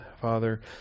Father